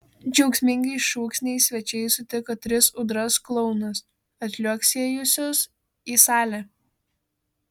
džiaugsmingais šūksniais svečiai sutiko tris ūdras klounus atliuoksėjusius į salę